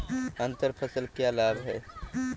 अंतर फसल के क्या लाभ हैं?